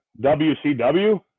WCW